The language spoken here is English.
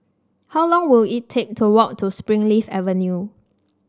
how long will it take to walk to Springleaf Avenue